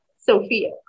Sophia